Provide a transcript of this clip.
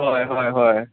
हय हय हय